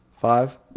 Five